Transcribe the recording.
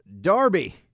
Darby